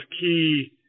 key